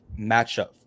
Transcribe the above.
matchup